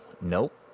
Nope